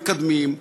מתקדמים,